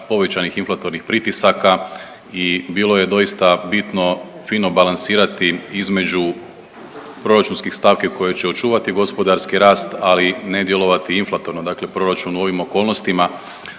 povećanih inflatornih pritisaka i bilo je doista bitno fino balansirati između proračunskih stavki koje će očuvati gospodarski rast, ali ne djelovati inflatorno. Dakle, proračun u ovim okolnostima